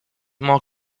more